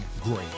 great